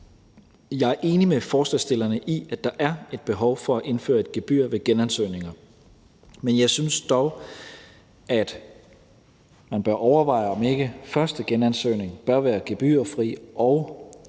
Jeg er enig med forslagsstillerne i, at der er et behov for at indføre et gebyr ved genansøgninger, men jeg synes dog, at man bør overveje, om ikke den første genansøgning bør være gebyrfri, og at